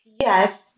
yes